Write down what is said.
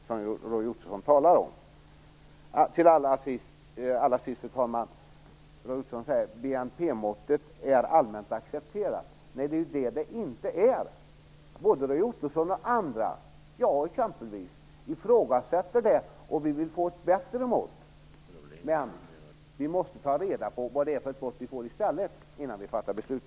Roy Ottosson säger också att BNP-måttet är allmänt accepterat, men nej, det är ju det det inte är. Både Roy Ottosson och andra - jag exempelvis - ifrågasätter det och vill få ett bättre mått, men vi måste då ta reda på vad för ett mått vi får i stället innan vi fattar beslut.